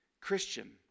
Christian